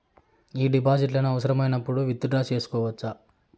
ఈ డిపాజిట్లను అవసరమైనప్పుడు విత్ డ్రా సేసుకోవచ్చా?